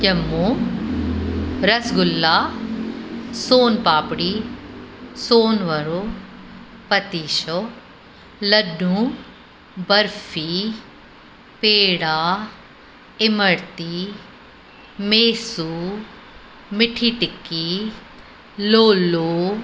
ॼमूं रसगुल्ला सोन पापड़ी सोन वड़ो पतीशो लॾूं बर्फी पेड़ा इमरती मेसू मिठी टिक्की लोलो